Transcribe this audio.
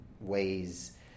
ways